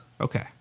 Okay